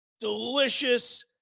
delicious